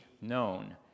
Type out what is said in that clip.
known